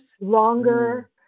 longer